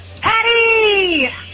Patty